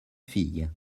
fille